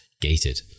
gated